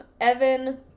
Evan